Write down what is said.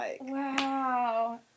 wow